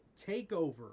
takeover